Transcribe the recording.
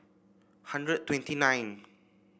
hundred twenty nine